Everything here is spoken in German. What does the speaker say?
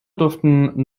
durften